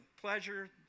pleasure